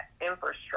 infrastructure